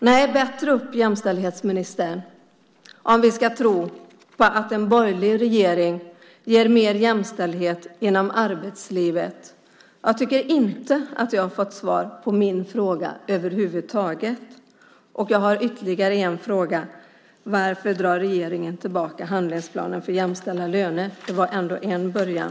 Nej, bättre upp, jämställdhetsministern, om vi ska tro på att en borgerlig regering ger mer jämställdhet inom arbetslivet! Jag tycker inte att jag har fått svar på min fråga över huvud taget, och jag har ytterligare en fråga. Varför drar regeringen tillbaka handlingsplanen för jämställda löner? Det var ändå en början.